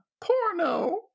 porno